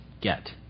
get